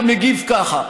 אתה גם מגיב ככה.